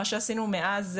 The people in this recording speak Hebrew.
מה שעשינו מאז,